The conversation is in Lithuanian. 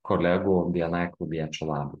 kolegų bni klubiečių labui